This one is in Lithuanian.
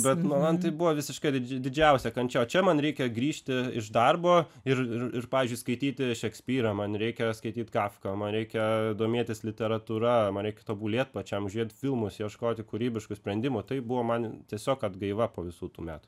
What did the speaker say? bet nu man tai buvo visiška didžia didžiausia kančia o čia man reikia grįžti iš darbo ir ir ir pavyzdžiui skaityti šekspyrą man reikia skaityt kafką man reikia domėtis literatūra man reik tobulėt pačiam žiūrėt filmus ieškoti kūrybiškų sprendimų tai buvo man tiesiog atgaiva po visų tų metų